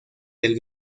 del